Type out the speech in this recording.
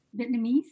Vietnamese